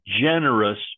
generous